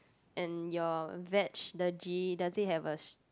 and your veg the G does it have a